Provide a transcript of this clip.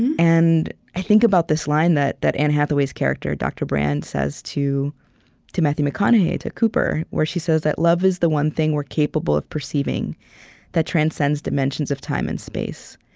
and and i think about this line that that anne hathaway's character, dr. brand, says to to matthew mcconaughey, to cooper, where she says that love is the one thing we're capable of perceiving that transcends dimensions of time and space.